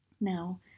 Now